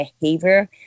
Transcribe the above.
behavior